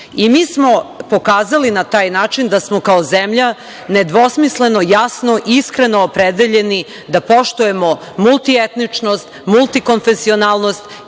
I mi smo pokazali na taj način da smo kao zemlja nedvosmisleno, jasno, iskreno opredeljeni da poštujemo multietničnost, multikonfesionalnost